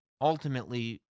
ultimately